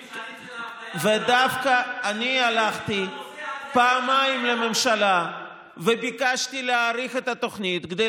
ודווקא אני הלכתי פעמיים לממשלה וביקשתי להאריך את התוכנית כדי